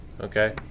okay